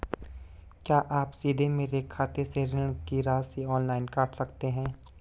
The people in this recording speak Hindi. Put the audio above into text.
क्या आप सीधे मेरे खाते से ऋण की राशि ऑनलाइन काट सकते हैं?